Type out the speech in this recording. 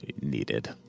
needed